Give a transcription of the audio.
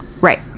Right